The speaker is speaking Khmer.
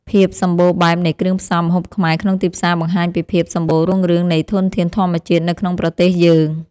ភាពសម្បូរបែបនៃគ្រឿងផ្សំម្ហូបខ្មែរក្នុងទីផ្សារបង្ហាញពីភាពសំបូររុងរឿងនៃធនធានធម្មជាតិនៅក្នុងប្រទេសយើង។